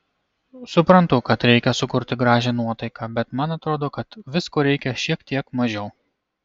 suprantu kad reikia sukurti gražią nuotaiką bet man atrodo kad visko reikia šiek tiek mažiau